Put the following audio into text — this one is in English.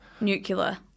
nuclear